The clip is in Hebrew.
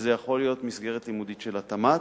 זה יכול להיות מסגרת לימודית של התמ"ת,